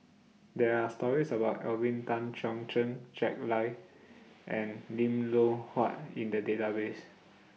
There Are stories about Alvin Tan Cheong Kheng Jack Lai and Lim Loh Huat in The Database